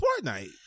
Fortnite